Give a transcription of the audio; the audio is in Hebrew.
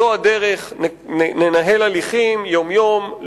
זו הדרך: ננהל הליכים יום-יום,